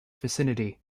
vicinity